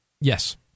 Yes